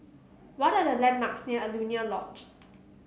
what are the landmarks near Alaunia Lodge